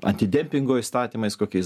antidempingo įstatymais kokiais